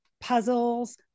puzzles